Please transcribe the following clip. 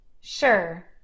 sure